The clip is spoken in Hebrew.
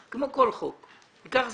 כמו כל חוק הוא לא נכנס לתוקף מיד אלא ייקח זמן.